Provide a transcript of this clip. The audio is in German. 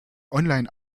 online